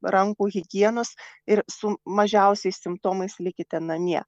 rankų higienos ir su mažiausiais simptomais likite namie